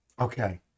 okay